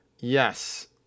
Yes